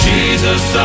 Jesus